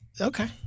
Okay